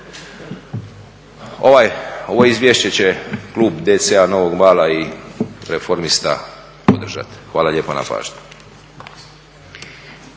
Ovo izvješće će klub DC-a Novog Vala i reformista podržati. Hvala lijepa na pažnji.